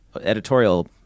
editorial